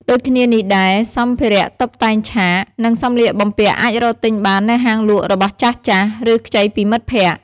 ដូចគ្នានេះដែរ សម្ភារតុបតែងឆាក និងសម្លៀកបំពាក់អាចរកទិញបាននៅហាងលក់របស់ចាស់ៗ ឬខ្ចីពីមិត្តភក្តិ។